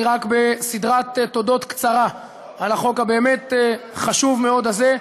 אני רק בסדרת תודות קצרה על החוק הבאמת-חשוב מאוד הזה.